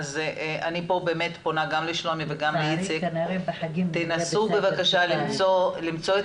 אז אני פונה גם לשלומי וגם לאיציק תנסו בבקשה למצוא את